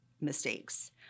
mistakes